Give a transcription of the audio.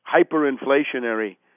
hyperinflationary